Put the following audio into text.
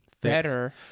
better